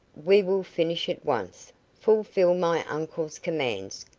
we will finish at once fulfil my uncle's commands.